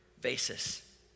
basis